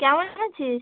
কেমন আছিস